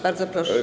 Bardzo proszę.